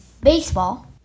baseball